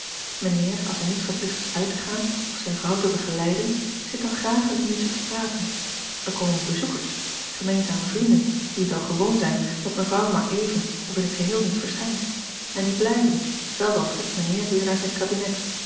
mijnheer als hij niet verplicht is uit te gaan of zijne vrouw te begeleiden zit dan graag een uurtje te praten er komen bezoekers gemeenzame vrienden die het al gewoon zijn dat mevrouw maar even of in het geheel niet verschijnt en die blijven zelfs al trekt mijnheer weer naar zijn kabinet